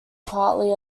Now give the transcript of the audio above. partly